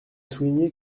souligner